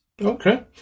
Okay